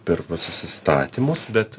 per visus įstatymus bet